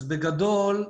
אז בגדול,